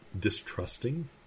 distrusting